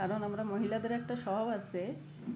কারণ আমরা মহিলাদের একটা স্বভাব আসে